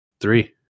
Three